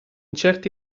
certi